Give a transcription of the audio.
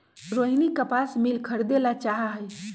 रोहिनी कपास मिल खरीदे ला चाहा हई